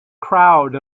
crowd